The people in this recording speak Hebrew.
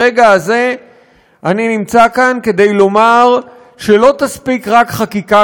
ברגע הזה אני נמצא כאן כדי לומר שלא תספיק רק חקיקה